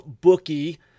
bookie